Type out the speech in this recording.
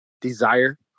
desire